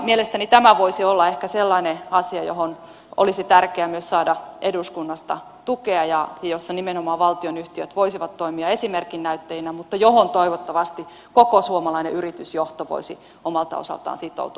mielestäni tämä voisi olla ehkä sellainen asia johon olisi tärkeä myös saada eduskunnasta tukea ja jossa nimenomaan valtionyhtiöt voisivat toimia esimerkin näyttäjinä mutta johon toivottavasti koko suomalainen yritysjohto voisi omalta osaltaan sitoutua